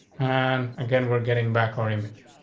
and again we're getting back or image.